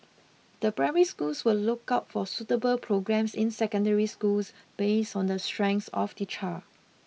the primary schools will look out for suitable programmes in secondary schools based on the strengths of the child